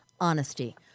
honesty